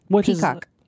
Peacock